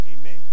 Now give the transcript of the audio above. Amen